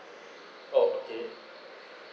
okay